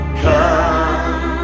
come